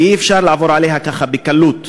ואי-אפשר לעבור עליה ככה, בקלות.